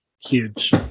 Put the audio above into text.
Huge